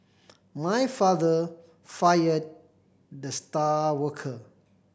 my father fired the star worker